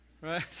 Right